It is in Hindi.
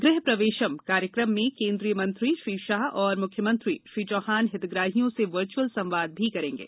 गृह प्रवेशम कार्यक्रम में केन्द्रीय मंत्री श्री शाह एवं मुख्यमंत्री श्री चौहान हितग्राहियों से वर्चुअल संवाद भी करेंगे